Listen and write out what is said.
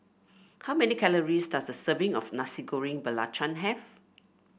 how many calories does a serving of Nasi Goreng Belacan have